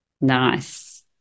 Nice